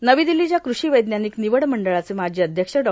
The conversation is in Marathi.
तर नवी दिल्लीच्या कृषी वैज्ञानिक निवड मंडळाचे माजी अध्यक्ष डॉ